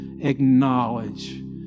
acknowledge